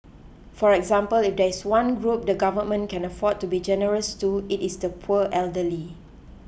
for example if there is one group the Government can afford to be generous to it is the poor elderly